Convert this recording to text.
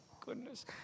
goodness